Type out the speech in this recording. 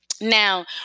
Now